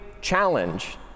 challenge